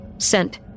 Sent